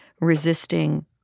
resisting